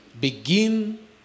begin